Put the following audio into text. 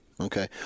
Okay